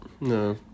No